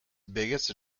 biggest